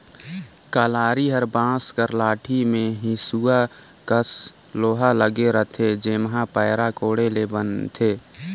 कलारी हर बांस कर लाठी मे हेसुवा कस लोहा लगे रहथे जेम्हे पैरा कोड़े ले बनथे